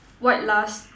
white last